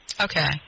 Okay